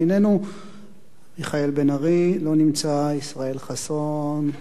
מיכאל בן-ארי לא נמצא, ישראל חסון גם נעדר,